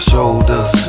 Shoulders